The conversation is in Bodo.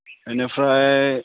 बेनिफ्राय